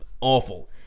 awful